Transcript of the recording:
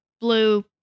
blue